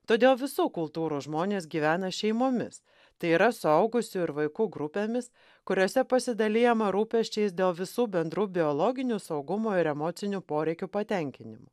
todėl visų kultūrų žmonės gyvena šeimomis tai yra suaugusių ir vaikų grupėmis kuriose pasidalijama rūpesčiais dėl visų bendrų biologinių saugumo ir emocinių poreikių patenkinimo